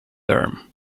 term